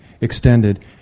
extended